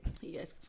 Yes